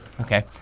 Okay